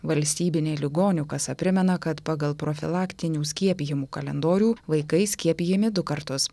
valstybinė ligonių kasa primena kad pagal profilaktinių skiepijimų kalendorių vaikai skiepijami du kartus